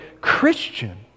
Christian